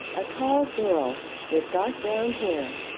a tall girl, with dark brown hair,